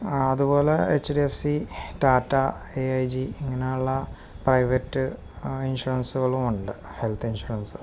അതുപോലെ H Tata A I G ഇങ്ങനെയുള്ള private ഇൻഷുറൻസുകളും ഉണ്ട് ഹെൽത്ത് ഇൻഷുറൻസ്